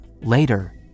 Later